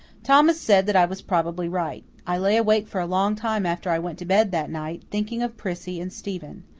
thomas said that i was probably right. i lay awake for a long time after i went to bed that night, thinking of prissy and stephen.